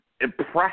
impressive